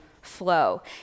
flow